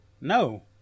No